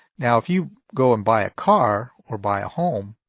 now if you go and buy a car or buy a home,